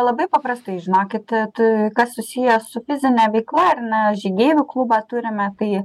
labai paprastai žinokit t t kas susiję su fizine veikla ar ne žygeivių klubą turime tai